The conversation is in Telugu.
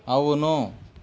అవును